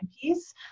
piece